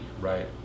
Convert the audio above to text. right